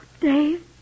Dave